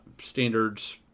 Standards